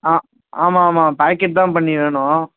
ஆ ஆமாம் ஆமாம் பாக்கெட் தான் பண்ணி வேணும்